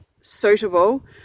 suitable